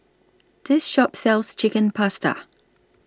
This Shop sells Chicken Pasta